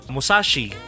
Musashi